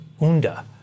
unda